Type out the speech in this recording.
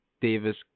Davis